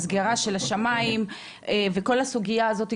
הסגירה של השמיים וכל הסוגייה הזאת.